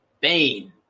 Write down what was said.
Bane